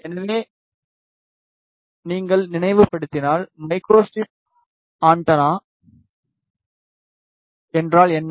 எனவே நீங்கள் நினைவுபடுத்தினால் மைக்ரோஸ்ட்ரிப் ஆண்டெனா என்றால் என்ன